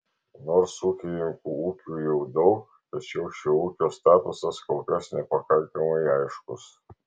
nors ūkininkų ūkių jau daug tačiau šio ūkio statusas kol kas nepakankamai aiškus